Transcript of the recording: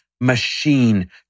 machine